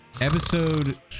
episode